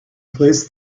placed